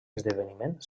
esdeveniment